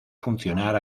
funcionar